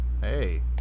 Hey